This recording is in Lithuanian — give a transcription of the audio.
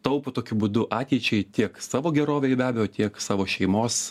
taupo tokiu būdu ateičiai tiek savo gerovei be abejo tiek savo šeimos